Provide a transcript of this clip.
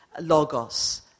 logos